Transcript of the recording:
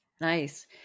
nice